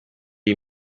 iyi